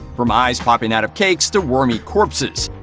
from eyes popping out of cakes to wormy corpses.